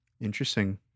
Interesting